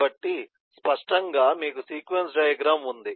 కాబట్టి స్పష్టంగా మీకు సీక్వెన్స్ డయాగ్రమ్ ఉంది